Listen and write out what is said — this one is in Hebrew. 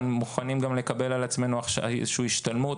מוכנים לקבל על עצמנו השתלמות,